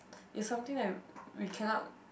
it's something that we cannot